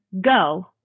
go